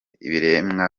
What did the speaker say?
ibiremwa